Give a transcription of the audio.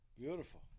beautiful